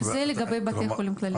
זה לגבי בתי חולים כלליים.